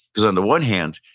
because on the one hand,